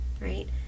Right